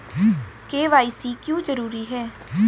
KYC क्यों जरूरी है?